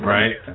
Right